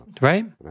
Right